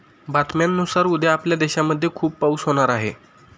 बातम्यांनुसार उद्या आपल्या देशामध्ये खूप पाऊस होणार आहे